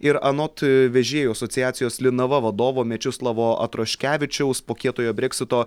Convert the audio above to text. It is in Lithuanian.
ir anot vežėjų asociacijos linava vadovo mečislovo atroškevičiaus po kietojo breksito